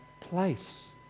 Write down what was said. place